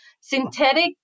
Synthetic